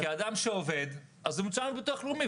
אדם שעובד, הנתונים עליו נמצאים בביטוח הלאומי.